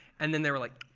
and then they were like,